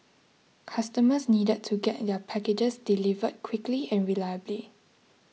customers needed to get their packages delivered quickly and reliably